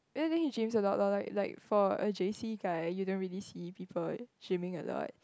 ya then he gyms a lot lor like like for a J_C guy you don't really see people gymming a lot